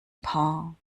paar